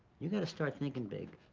you gotta start thinking big.